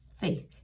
faith